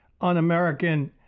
un-American